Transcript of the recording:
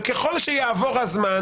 וככל שיעבור הזמן,